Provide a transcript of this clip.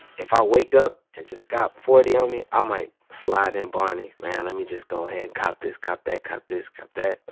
if i wake up and just got forty on me, i might slide in barney's. man let me just go ahead and cop this cop that, cop this cop that. but